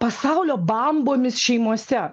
pasaulio bambomis šeimose